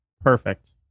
Perfect